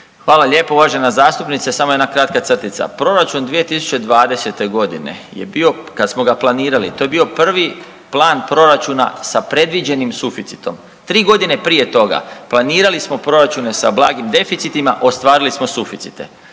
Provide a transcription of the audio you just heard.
Hvala lijepo uvažena zastupnice. Samo jedna kratka crtica. Proračun 2020. godine je bio kada smo ga planirali to je bio prvi plan proračuna sa predviđenim suficitom. Tri godine prije toga planirali smo proračune sa blagim deficitima. Ostvarili smo suficite.